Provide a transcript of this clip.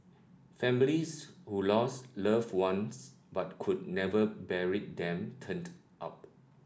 families who lost loved ones but could never bury them turned up